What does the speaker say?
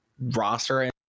roster